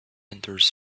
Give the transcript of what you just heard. enters